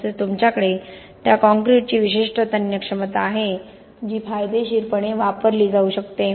तसेच तुमच्याकडे त्या काँक्रीटची विशिष्ट तन्य क्षमता आहे जी फायदेशीरपणे वापरली जाऊ शकते